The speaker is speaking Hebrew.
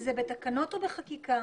זה בתקנות או בחקיקה,